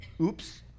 Oops